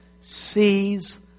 sees